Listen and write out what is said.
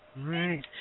right